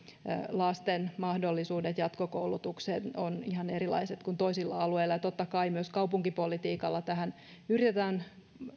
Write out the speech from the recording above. lasten mahdollisuudet jatkokoulutukseen ovat ihan erilaiset kuin toisilla alueilla totta kai myös kaupunkipolitiikalla tähän yritetään